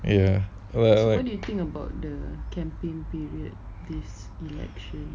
yes well what